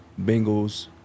Bengals